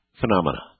phenomena